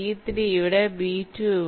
B3 ഇവിടെ B2 ഇവിടെ